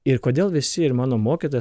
ir kodėl visi ir mano mokytojas